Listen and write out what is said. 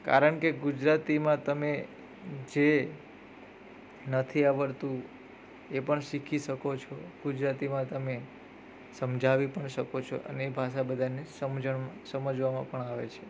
કારણ કે ગુજરાતીમાં તમે જે નથી આવડતું એ પણ શીખી શકો છો ગુજરાતીમાં તમે સમજાવી પણ શકો છો અને એ ભાષા બધાને સમજણ સમજવામાં પણ આવે છે